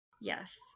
Yes